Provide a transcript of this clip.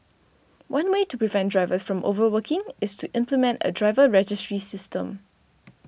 one way to prevent drivers from overworking is to implement a driver registry system